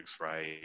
right